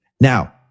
Now